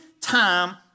time